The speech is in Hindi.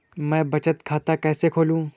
मैं बचत खाता कैसे खोलूँ?